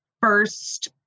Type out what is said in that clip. first